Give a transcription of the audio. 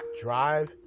drive